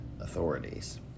authorities